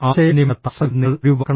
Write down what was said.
ആശയവിനിമയ തടസ്സങ്ങൾ നിങ്ങൾ ഒഴിവാക്കണം